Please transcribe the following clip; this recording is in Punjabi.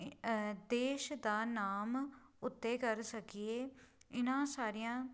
ਦੇਸ਼ ਦਾ ਨਾਮ ਉੱਤੇ ਕਰ ਸਕੀਏ ਇਹਨਾਂ ਸਾਰੀਆਂ